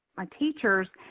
my teachers,